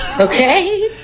Okay